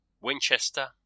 Winchester